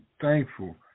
thankful